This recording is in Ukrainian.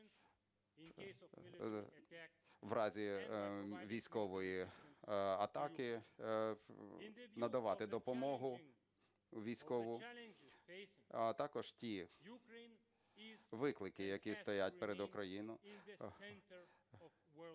в разі військової атаки надавати допомогу військову. А також ті виклики, які стоять перед Україною…